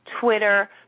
Twitter